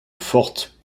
forte